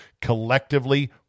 collectively